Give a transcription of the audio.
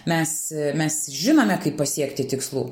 mes mes žinome kaip pasiekti tikslų